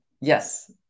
Yes